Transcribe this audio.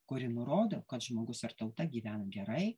kuri nurodo kad žmogus ar tauta gyvena gerai